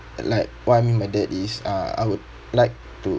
like what I mean by that is uh I would like to